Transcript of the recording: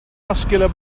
muscular